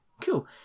cool